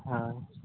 ᱦᱳᱭ